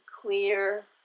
clear